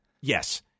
Yes